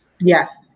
Yes